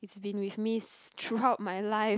it's been with me throughout my life